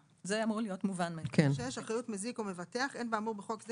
אחריות מזיק או מבטח 6. אין באמור בחוק זה